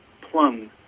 plum